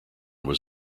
was